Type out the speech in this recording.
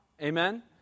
amen